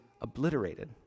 obliterated